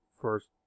first